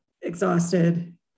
exhausted